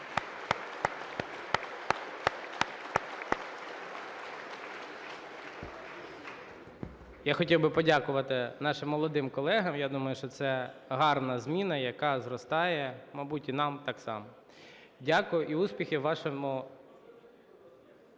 Я хотів би подякувати нашим молодим колегам. Я думаю, що це гарна зміна, яка зростає, мабуть, і нам так само. Дякую і успіхів вашому…